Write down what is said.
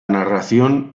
narración